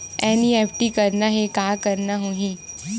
NEFT करना हे का करना होही?